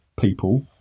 people